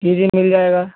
जी जी मिल जाएगा